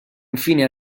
infine